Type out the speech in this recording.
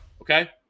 okay